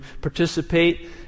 participate